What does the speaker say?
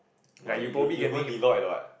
why you you going Deloitte what